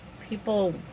people